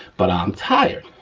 but i'm tired,